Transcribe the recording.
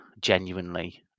genuinely